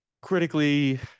critically